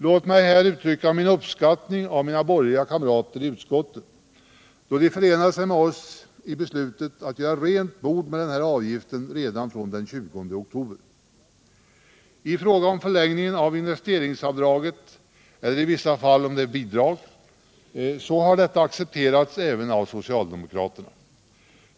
Låt mig uttrycka min uppskattning av mina borgerliga kamrater i utskottet för att de förenat sig med oss i beslutet at göra rent bord med denna avgift redan från den 20 oktober. Förlängningen av investeringsavdraget eller i vissa fall bidraget har accepterats även av socialdemokraterna.